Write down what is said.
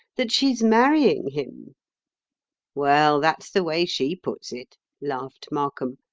that she's marrying him well, that's the way she puts it laughed markham.